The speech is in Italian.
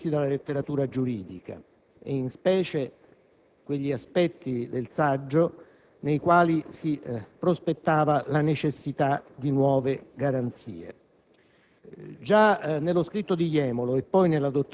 offerti dal saggio sono stati poi ripresi dalla letteratura giuridica, in specie quegli aspetti nei quali si prospetta la necessità di nuove garanzie.